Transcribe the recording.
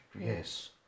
yes